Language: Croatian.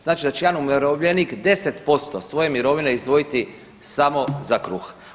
Znači da će jedan umirovljenik 10% svoje mirovine izdvojiti samo za kruh.